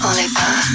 Oliver